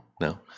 No